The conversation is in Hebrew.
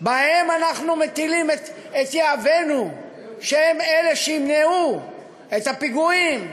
עליהם אנחנו מטילים את יהבנו שהם אלה שימנעו את הפיגועים,